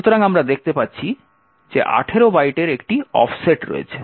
সুতরাং আমরা দেখতে পাচ্ছি যে 18 বাইটের একটি অফসেট রয়েছে